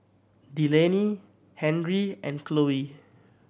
Delaney Henri and Khloe